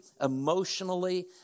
emotionally